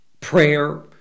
prayer